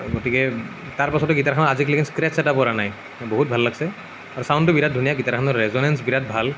গতিকে তাৰ পিছতো গিটাৰখনৰ আজিলৈকে স্ক্ৰেছ এটাও পৰা নাই বহুত ভাল লাগিছে আৰু চাউণ্ডটো বিৰাট ধুনীয়া গিটাৰখনৰ ৰেজনেঞ্চ বিৰাট ভাল